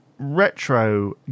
retro